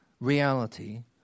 reality